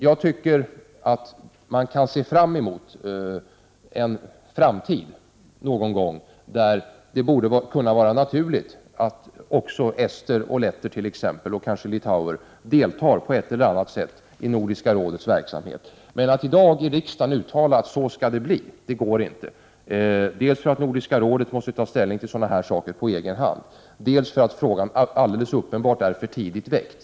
Jag tycker att man kan se den framtid an där det borde vara naturligt att också ester och letter — ja, kanske också litauer — på ett eller annat sätt deltar i Nordiska rådets verksamhet. Men att i dag göra några uttalanden här i riksdagen om hur det skall vara är en omöjlighet dels därför att Nordiska rådet måste ta ställning till sådana här saker på egen hand, dels därför att frågan alldeles uppenbart är för tidigt väckt.